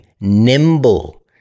nimble